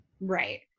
Right